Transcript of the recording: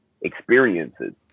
experiences